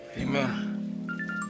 Amen